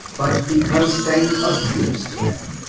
but because they abused them,